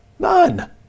none